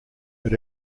but